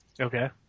Okay